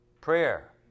Prayer